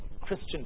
Christian